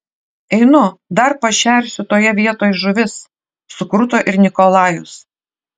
einu dar pašersiu toje vietoj žuvis sukruto ir nikolajus